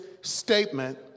statement